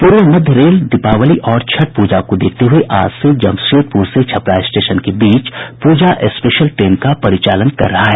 पूर्व मध्य रेल दीपावली और छठ पूजा को देखते हुये आज से जमशेदपुर से छपरा स्टेशन के बीच पूजा स्पेशल ट्रेन का परिचालन कर रहा है